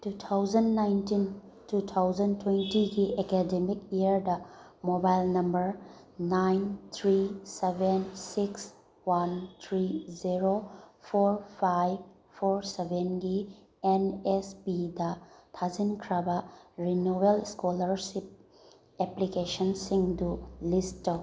two thousand nineteen two thousand ꯇ꯭ꯋꯦꯟꯇꯤꯒꯤ academic ꯏꯌꯥꯔꯗ mobile number nine three seven six one three zero four five four ꯁꯕꯦꯟꯒꯤ N S ꯄꯤꯗ ꯊꯥꯖꯤꯟꯈ꯭ꯔꯕ renewal ꯏꯁꯀꯣꯂꯔꯁꯤꯞ ꯑꯦꯄ꯭ꯂꯤꯀꯦꯁꯟꯁꯤꯡꯗꯨ ꯂꯤꯁ ꯇꯧ